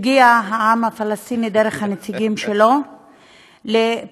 הגיע העם הפלסטיני דרך הנציגים שלו לפיוס,